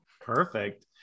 Perfect